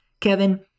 Kevin